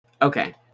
Okay